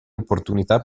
opportunità